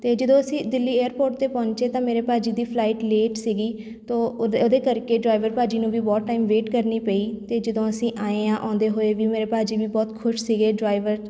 ਅਤੇ ਜਦੋਂ ਅਸੀਂ ਦਿੱਲੀ ਏਅਰਪੋਰਟ 'ਤੇ ਪਹੁੰਚੇ ਤਾਂ ਮੇਰੇ ਭਾਅ ਜੀ ਦੀ ਫਲਾਈਟ ਲੇਟ ਸੀਗੀ ਤਾਂ ਉਹਦੇ ਉਹਦੇ ਕਰਕੇ ਡਰਾਈਵਰ ਭਾਅ ਜੀ ਨੂੰ ਵੀ ਬਹੁਤ ਟਾਈਮ ਵੇਟ ਕਰਨੀ ਪਈ ਅਤੇ ਜਦੋਂ ਅਸੀਂ ਆਏ ਹਾਂ ਆਉਂਦੇ ਹੋਏ ਵੀ ਮੇਰੇ ਭਾਅ ਜੀ ਵੀ ਬਹੁਤ ਖੁਸ਼ ਸੀਗੇ ਡਰਾਈਵਰ